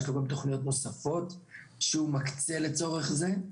יש לו גם תוכניות נוספות שהוא מקצה לצורך זה.